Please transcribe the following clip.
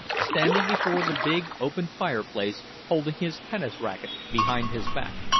standing before the big open fireplace, holding his tennis racquet behind his back.